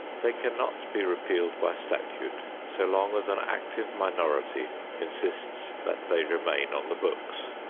they cannot be repealed by statute so long as an active minority insists that they remain on the books.